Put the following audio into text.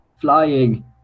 flying